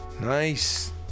nice